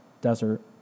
desert